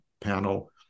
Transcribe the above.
panel